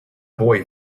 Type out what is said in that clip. boy